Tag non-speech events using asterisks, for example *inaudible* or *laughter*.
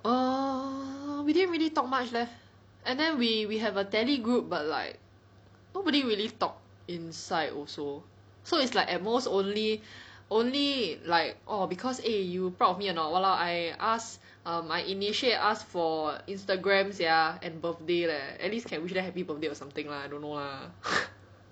err we didn't really talk much leh and then we we have a Tele group but like nobody really talk inside also so it's like at most only only like orh cause eh you proud of me a not walao I ask err I initiate asked for Instagram sia and birthday leh at least can wish them happy birthday or something lah don't know lah *noise*